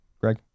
Greg